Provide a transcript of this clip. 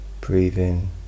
breathing